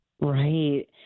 Right